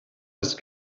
ist